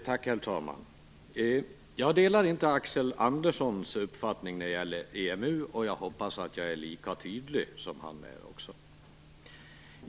Herr talman! Jag delar inte Axel Anderssons uppfattning när det gäller EMU. Jag hoppas också att jag är lika tydlig som han är.